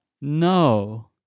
no